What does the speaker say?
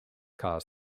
cars